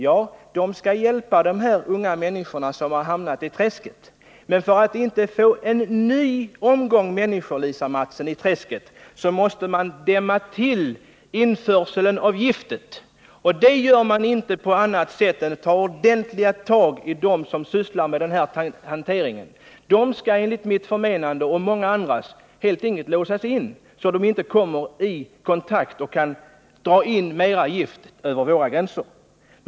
Ja, de skall hjälpa unga människor som har hamnat i träsket. Men, Lisa Mattson, för att inte ytterligare människor skall hamna i träsket måste vi dämma till införseln av giftet. Det gör man bara genom att ordentligt ta itu med dem som sysslar med den här hanteringen. Dessa personer skall enligt mitt och många andras förmenande helt enkelt låsas in, så att de inte kommer i kontakt med andra och så att de inte kan föra in mera gift över våra gränser.